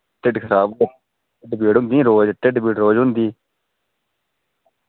टिड्ढ खराब टिड्ढ पीड़ होंदी रोज टिड्ढ पीड़ होंदी रोज़ होंदी